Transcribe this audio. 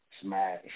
Smash